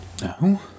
No